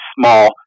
small